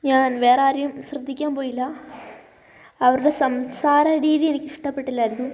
ഞാൻ വേറെ ആരെയും ശ്രദ്ധിക്കാൻ പോയില്ല അവരുടെ സംസാര രീതി എനിക്ക് ഇഷ്ടപ്പെട്ടില്ലായിരുന്നു